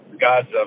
gods